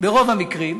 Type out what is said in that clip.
ברוב המקרים,